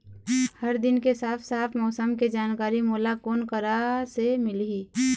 हर दिन के साफ साफ मौसम के जानकारी मोला कोन करा से मिलही?